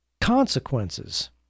consequences